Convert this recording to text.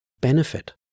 benefit